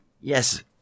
Yes